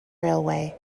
railway